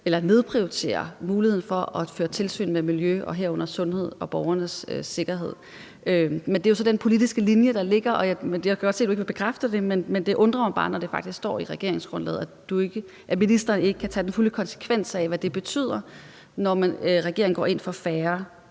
nedprioriterer muligheden for at føre tilsyn i forhold til miljø, herunder sundhed og borgernes sikkerhed. Det er så den politiske linje, der ligger, og jeg kan godt se, at ministeren ikke vil bekræfte det, men det undrer mig bare, når det faktisk står i regeringsgrundlaget, at ministeren ikke kan tage den fulde konsekvens af, hvad det betyder, at regeringen går ind for færre